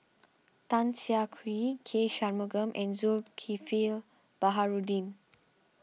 Tan Siah Kwee K Shanmugam and Zulkifli Baharudin